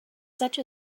such